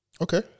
Okay